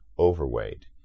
overweight